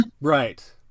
Right